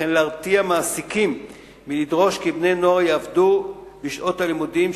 וכן להרתיע מעסיקים מלדרוש כי בני-נוער יעבדו בשעות הלימודים,